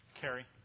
Kerry